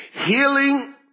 healing